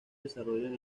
desarrollan